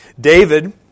David